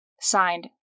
Signed